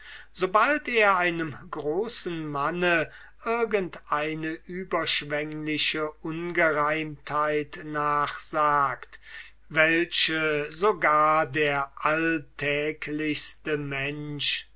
sobald er einem großen manne irgend eine überschwengliche ungereimtheit nachsagt welche auch der alltäglichste mensch